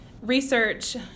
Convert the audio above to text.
research